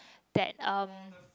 that um